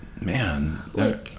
Man